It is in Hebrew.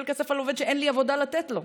כסף על עובד שאין לי עבודה לתת לו?